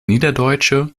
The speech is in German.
niederdeutsche